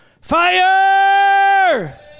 Fire